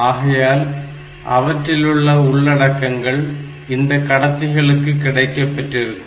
ஆகையால் அவற்றிலுள்ள உள்ளடக்கங்கள் இந்த கடத்திகளுக்கு கிடைக்கப் பெற்றிருக்கும்